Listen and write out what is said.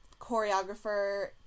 choreographer